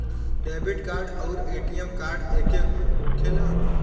Debit card आउर ATM card एके होखेला?